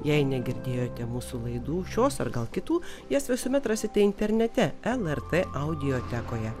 jei negirdėjote mūsų laidų šios ar gal kitų jas visuomet rasite internete lrt audiotekoje